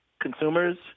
consumers